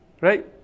right